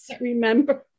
remember